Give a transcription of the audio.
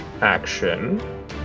action